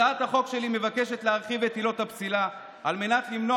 הצעת החוק שלי מבקשת להרחיב את עילות הפסילה על מנת למנוע